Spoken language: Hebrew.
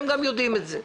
אתם גם יודעים את זה.